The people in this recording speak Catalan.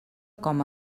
com